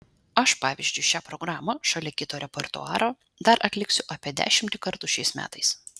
aš pavyzdžiui šią programą šalia kito repertuaro dar atliksiu apie dešimtį kartų šiais metais